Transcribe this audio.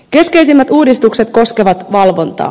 keskeisimmät uudistukset koskevat valvontaa